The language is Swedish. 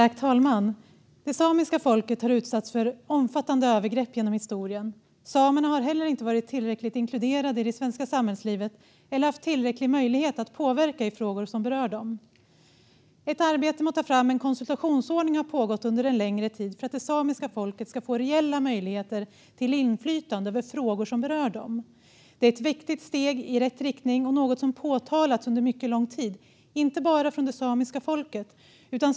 Fru talman! Det samiska folket har utsatts för omfattande övergrepp genom historien. Samerna har heller inte varit tillräckligt inkluderade i det svenska samhällslivet eller haft tillräcklig möjlighet att påverka i frågor som berör dem. Ett arbete med att ta fram en konsultationsordning har pågått under en längre tid för att det samiska folket ska få reella möjligheter till inflytande över frågor som berör dem. Det är ett viktigt steg i rätt riktning och något som framhållits under mycket lång tid, inte bara från det samiska folket.